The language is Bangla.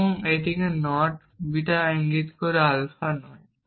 এবং এটিকে নট বিটা ইঙ্গিত করে আলফা নয়